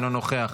אינו נוכח,